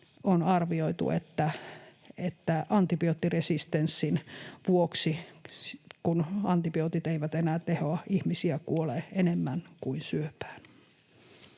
on arvioitu, että 2050 antibioottiresistenssin vuoksi — kun antibiootit eivät enää tehoa — ihmisiä kuolee enemmän kuin syöpään.